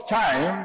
time